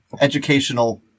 educational